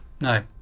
no